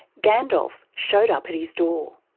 gandalf showed up at his door.